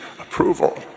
approval